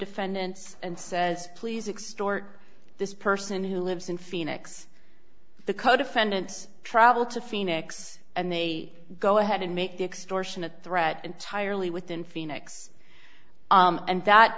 defendants and says please extort this person who lives in phoenix the co defendants travel to phoenix and they go ahead and make the extortion a threat entirely within phoenix and that